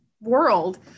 world